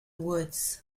woods